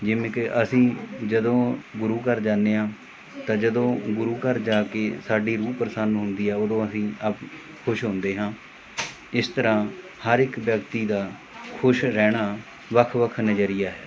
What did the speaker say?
ਜਿਵੇਂ ਕਿ ਅਸੀਂ ਜਦੋਂ ਗੁਰੂ ਘਰ ਜਾਂਦੇ ਹਾਂ ਤਾਂ ਜਦੋਂ ਗੁਰੂ ਘਰ ਜਾ ਕੇ ਸਾਡੀ ਰੂਹ ਪ੍ਰਸੰਨ ਹੁੰਦੀ ਆ ਉਦੋਂ ਅਸੀਂ ਅਪ ਖੁਸ਼ ਹੁੰਦੇ ਹਾਂ ਇਸ ਤਰ੍ਹਾਂ ਹਰ ਇੱਕ ਵਿਅਕਤੀ ਦਾ ਖੁਸ਼ ਰਹਿਣਾ ਵੱਖ ਵੱਖ ਨਜ਼ਰੀਆ ਹੈ